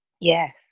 Yes